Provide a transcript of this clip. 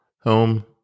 home